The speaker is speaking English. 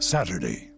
Saturday